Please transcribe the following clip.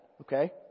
okay